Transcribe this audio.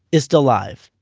is still live.